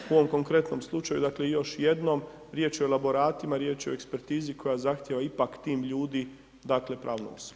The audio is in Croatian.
U ovom konkretnom slučaju, dakle još jednom, riječ je o elaboratima, riječ je o ekspertizi koja zahtjeva ipak tim ljudi dakle pravne osobe.